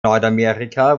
nordamerika